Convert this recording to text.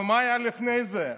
אבל מה היה לפני זה?